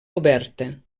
oberta